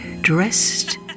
dressed